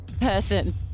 person